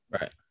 Right